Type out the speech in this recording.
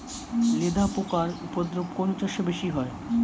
লেদা পোকার উপদ্রব কোন চাষে বেশি হয়?